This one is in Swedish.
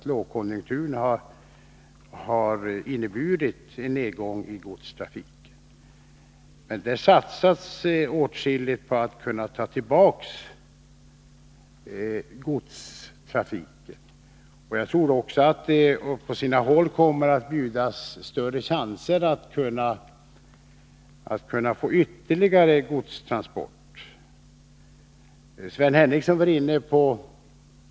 Lågkonjunkturen har inneburit en nedgång i godstrafiken hos SJ. Men det satsas åtskilligt på att ta tillbaka godstrafiken. Jag tror också att det på sina håll kommer att bli möjligt att öka godstransporterna.